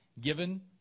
given